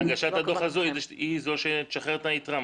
והגשת הדוח הזה היא זו שתשחרר את היתרה,